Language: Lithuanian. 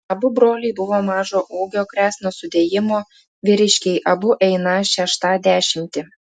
abu broliai buvo mažo ūgio kresno sudėjimo vyriškiai abu einą šeštą dešimtį